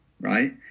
right